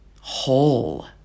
whole